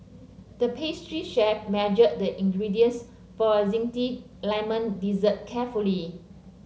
the pastry chef measured the ingredients for a zesty lemon dessert carefully